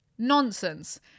nonsense